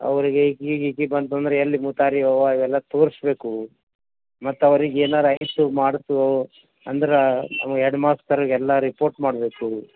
ಅವರಿಗೆ ಬಂತು ಅಂದ್ರೆ ಎಲ್ಲಿ ಅವೆಲ್ಲ ತೋರಿಸ್ಬೇಕು ಮತ್ತು ಅವ್ರಿಗೆ ಏನಾರೂ ಆಯಿತು ಮಾಡ್ತು ಅಂದ್ರೆ ನಮ್ಮ ಹೆಡ್ ಮಾಸ್ತರಿಗೆಲ್ಲ ರಿಪೋರ್ಟ್ ಮಾಡಬೇಕು